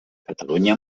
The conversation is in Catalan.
catalunya